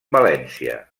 valència